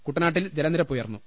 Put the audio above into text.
കുട്ടനാട്ടിൽ ജലനിരപ്പ് ഉയർന്നു